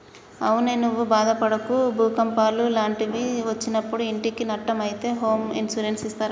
అవునే నువ్వు బాదపడకు భూకంపాలు లాంటివి ఒచ్చినప్పుడు ఇంటికి నట్టం అయితే హోమ్ ఇన్సూరెన్స్ ఇస్తారట